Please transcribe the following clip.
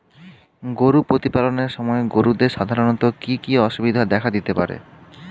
গরু প্রতিপালনের সময় গরুদের সাধারণত কি কি অসুবিধা দেখা দিতে পারে?